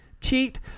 cheat